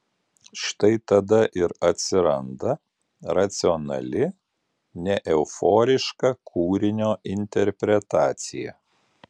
štai tada ir atsiranda racionali neeuforiška kūrinio interpretacija